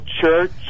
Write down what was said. church